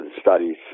studies